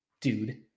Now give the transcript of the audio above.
dude